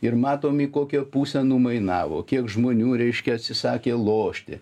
ir matom į kokią pusę numainavo kiek žmonių reiškia atsisakė lošti